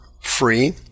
free